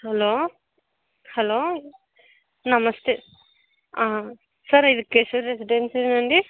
hello hello namaste sir ఇది కేశవ రెసిడెన్సీనా అండి